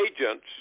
agents